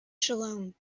salome